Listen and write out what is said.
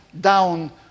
down